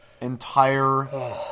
entire